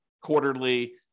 quarterly